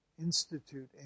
Institute